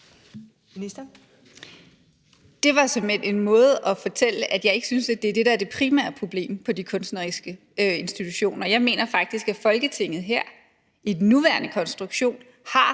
Det var såmænd en måde at fortælle, at jeg ikke synes, at det er det, der er det primære problem på de kunstneriske institutioner. Jeg mener faktisk, at Folketinget her, i den nuværende konstruktion, har